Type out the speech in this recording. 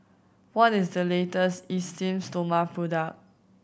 what is the latest Esteem Stoma product